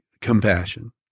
compassion